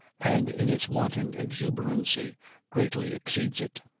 and in its wanton exuberancy greatly exceeds it.